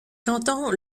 cantons